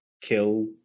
kill